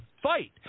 fight